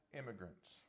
immigrants